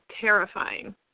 terrifying